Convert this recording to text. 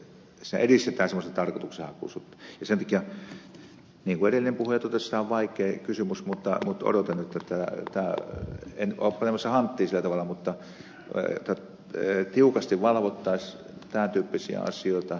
sen takia niin kuin edellinen puhuja totesi se on vaikea kysymys mutta odotan tätä en ole panemassa hanttiin sillä tavalla jotta tiukasti valvottaisiin tämän tyyppisiä asioita